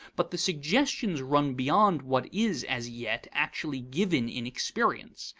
but the suggestions run beyond what is, as yet, actually given in experience.